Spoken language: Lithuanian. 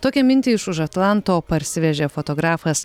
tokią mintį iš už atlanto parsivežė fotografas